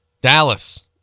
Dallas